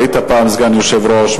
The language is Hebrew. היית פעם סגן יושב-ראש,